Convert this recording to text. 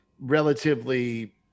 relatively